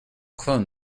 clone